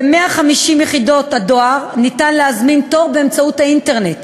ב-150 יחידות הדואר ניתן להזמין תור באמצעות האינטרנט,